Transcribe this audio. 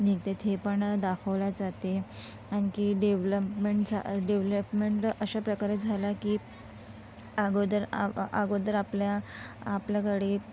निघते हे पण दाखवले जाते आणखी डेव्हलपमेंटचा डेव्हलपमेंट अशा प्रकारे झाला की अगोदर आ अगोदर आपल्या आपल्याकडे